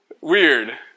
weird